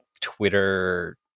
twitter